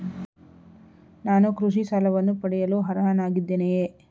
ನಾನು ಕೃಷಿ ಸಾಲವನ್ನು ಪಡೆಯಲು ಅರ್ಹನಾಗಿದ್ದೇನೆಯೇ?